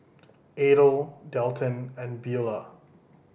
Adel Dalton and Beulah